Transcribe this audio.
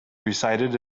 recited